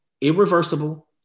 irreversible